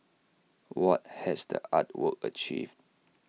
what has the art work achieved